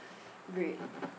great